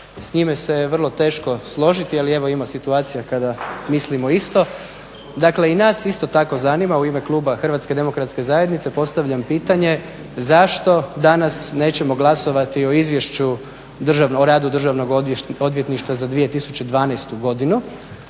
s njime se vrlo teško složiti, ali evo ima situacija kada mislimo isto. Dakle i nas isto tako zanima u ime kluba HDZ-a postavljam pitanje zašto danas nećemo glasovati o Izvješću o radu Državnog odvjetništva za 2012.godinu?